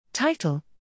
Title